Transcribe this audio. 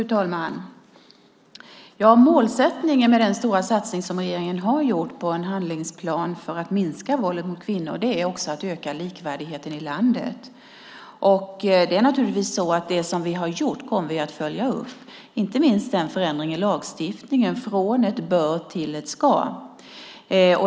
Fru talman! Målsättningen med den stora satsning som regeringen har gjort på en handlingsplan för att minska våldet mot kvinnor är också att öka likvärdigheten i landet. Vi kommer naturligtvis att följa upp det vi har gjort, inte minst förändringen i lagstiftningen från ett "bör" till ett "ska".